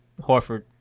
Horford